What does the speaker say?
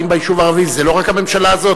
וזה לא רק הממשלה הזאת,